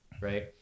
right